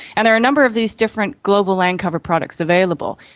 and there are a number of these different global land cover products available,